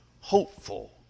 hopeful